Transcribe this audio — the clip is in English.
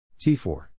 T4